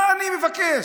מה אני מבקש?